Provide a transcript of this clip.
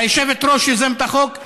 היושבת-ראש, יוזמת החוק,